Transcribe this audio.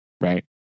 Right